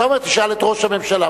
השר אומר: תשאל את ראש הממשלה.